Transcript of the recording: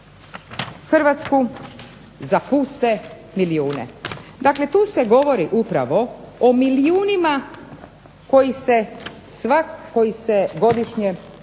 Hrvatsku za puste milijune. Dakle, tu se govori upravo o milijunima koji se godišnje